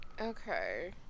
Okay